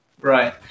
Right